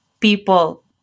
people